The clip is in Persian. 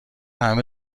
همه